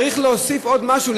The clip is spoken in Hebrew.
צריך להוסיף עוד משהו?